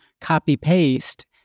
copy-paste